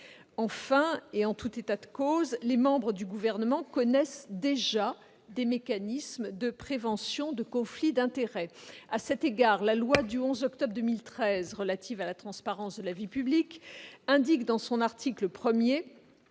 Enfin, et en tout état de cause, les membres du Gouvernement connaissent déjà des mécanismes de prévention des conflits d'intérêts. À cet égard, la loi du 11 octobre 2013 relative à la transparence de la vie publique indique, dans son article 1,